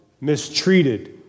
mistreated